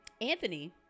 Anthony